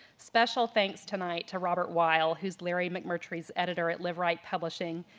special thanks tonight to robert weil who's larry mcmurtry's editor at live right publishing,